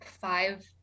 five